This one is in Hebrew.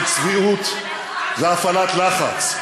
של צביעות והפעלת לחץ.